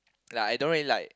like I don't really like